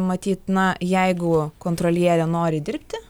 matyt na jeigu kontrolierė nori dirbti